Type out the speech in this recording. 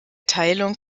teilung